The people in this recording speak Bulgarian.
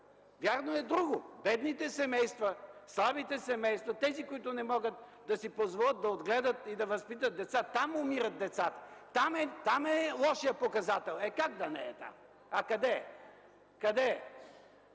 Вярно е друго – в бедните семейства, в слабите семейства, при тези, които не могат да си позволят да отгледат и да възпитат деца – там умират деца. Там е лошият показател. (Реплики.) Е, как да не е там?! А къде е?